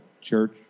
church